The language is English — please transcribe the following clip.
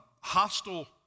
hostile